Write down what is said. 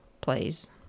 plays